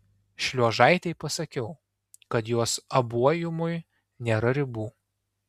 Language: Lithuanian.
šliuožaitei pasakiau kad jos abuojumui nėra ribų